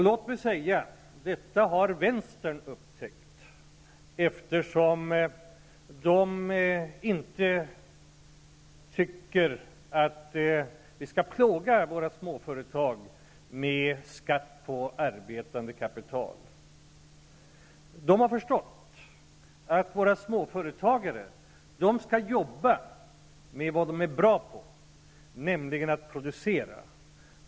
Låt mig säga att detta har vänstern upptäckt, eftersom man där inte tycker att vi skall plåga våra småföretag med skatter på arbetande kapital. I vänsterpartiet har man förstått att våra småföretagare skall jobba med vad de är bra på, nämligen att producera.